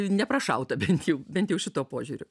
neprašauta bent jau bent jau šituo požiūriu